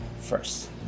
first